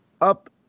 up